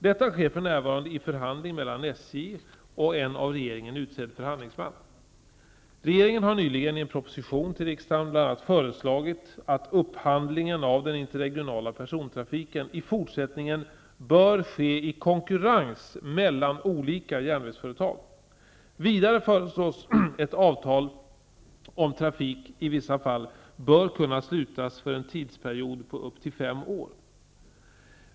Detta sker för närvarande i förhandling mellan SJ Vidare föreslås att avtal om trafik i vissa fall bör kunna slutas för en tidsperiod på upp till fem år.